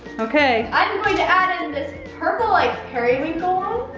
okay. i'm going to add in this purple, like periwinkle